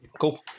cool